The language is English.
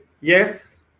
yes